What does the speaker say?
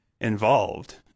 involved